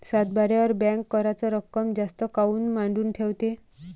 सातबाऱ्यावर बँक कराच रक्कम जास्त काऊन मांडून ठेवते?